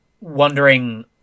wondering